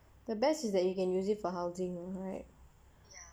the best is that you can use it for housing right